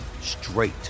straight